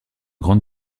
grande